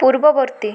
ପୂର୍ବବର୍ତ୍ତୀ